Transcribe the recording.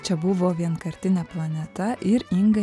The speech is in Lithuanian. čia buvo vienkartinė planeta ir inga